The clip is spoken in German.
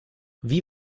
wie